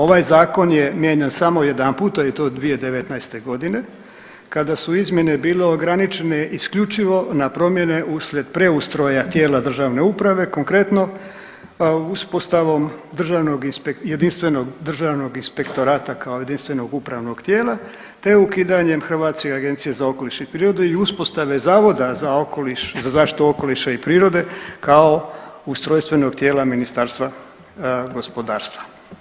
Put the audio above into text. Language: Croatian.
Ovaj zakon je mijenjan samo jedanput i to 2019. godine kada su izmjene bile ograničene isključivo na promjene uslijed preustroja tijela državne uprave, konkretno uspostavom državnog, jedinstvenog Državnog inspektorata kao jedinstvenog upravnog tijela te ukidanjem Hrvatske agencije za okoliš i prirodu i uspostave Zavoda za okoliš, za zaštiti okoliša i prirode kao ustrojstvenog tijela Ministarstva gospodarstva.